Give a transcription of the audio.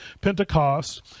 Pentecost